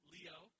Leo